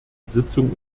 sitzung